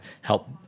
help